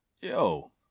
Yo